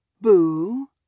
Boo